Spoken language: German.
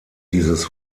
dieses